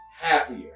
happier